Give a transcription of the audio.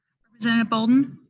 representative bolden?